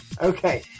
Okay